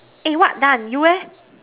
eh what done you eh